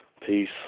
Peace